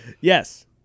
Yes